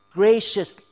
gracious